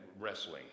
wrestling